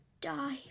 die